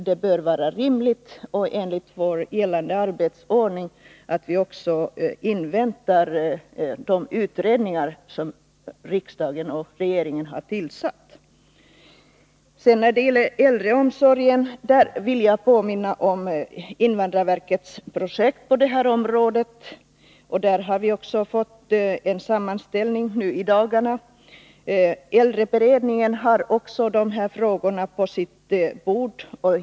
Det bör vara rimligt och i enlighet med vår gällande arbetsordning att vi inväntar de utredningar som riksdagen och regeringen har tillsatt. När det gäller äldreomsorgen vill jag påminna om invandrarverkets projekt på detta område. Där har vi också i dagarna fått en sammanställning. Äldreberedningen har också dessa frågor på sitt bord.